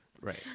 Right